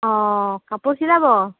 অঁ কাপোৰ চিলাব